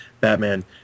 Batman